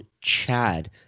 Chad